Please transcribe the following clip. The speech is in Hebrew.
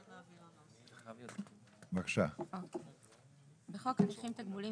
1. בחוק הנכים (תגמולים